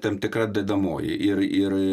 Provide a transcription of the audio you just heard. tam tikra dedamoji ir ir